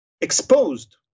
exposed